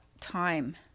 time